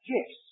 Yes